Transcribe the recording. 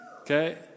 Okay